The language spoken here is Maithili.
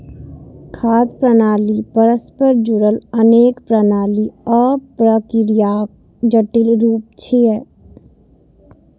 खाद्य प्रणाली परस्पर जुड़ल अनेक प्रणाली आ प्रक्रियाक जटिल रूप छियै